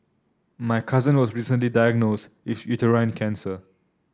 my cousin was recently diagnosed with uterine cancer